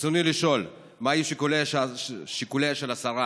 רצוני לשאול: 1. מה היו שיקוליה של השרה